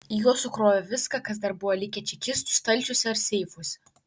į juos sukrovė viską kas dar buvo likę čekistų stalčiuose ar seifuose